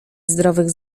zdrowych